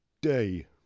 day